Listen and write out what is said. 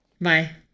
Bye